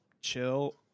chill